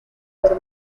por